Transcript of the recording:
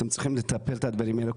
אתם צריכים לטפל בדברים האלה,